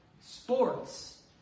sports